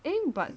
eh but